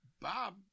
Bob